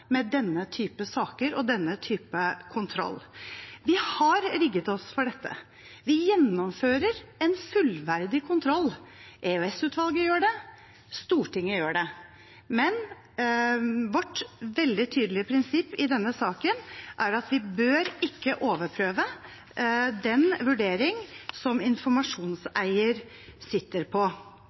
med denne type saker og denne type kontroll. Vi har rigget oss for dette. Vi gjennomfører en fullverdig kontroll. EOS-utvalget gjør det. Stortinget gjør det. Men vårt veldig tydelige prinsipp i denne saken er at vi ikke bør overprøve den vurderingen som informasjonseieren sitter på.